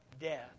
death